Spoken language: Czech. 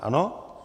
Ano?